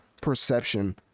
perception